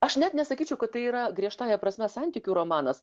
aš net nesakyčiau kad tai yra griežtąja prasme santykių romanas